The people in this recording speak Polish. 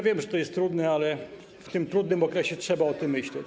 Wiem, że to jest trudne, ale w tym trudnym okresie trzeba o tym myśleć.